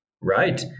Right